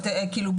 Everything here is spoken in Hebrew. כאילו,